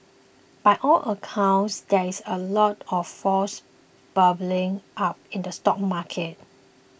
by all accounts there is a lot of froth bubbling up in the stock market